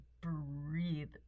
breathe